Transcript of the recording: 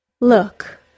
Look